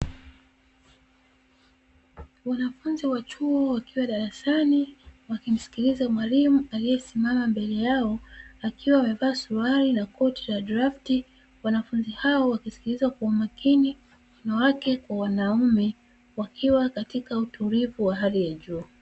Wanafunzi wa chuo wakiwa darasani wakimsikiliza mwalimu aliyesimama mbele yao, akiwa amevaa suruali na koti la drafti. Wanafunzi hao wakisikiliza kwa umakini (wanawake kwa wanaume), wakiwa katika utulivu wa hali ya juu.